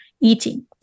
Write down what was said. eating